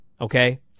okay